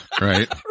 right